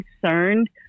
concerned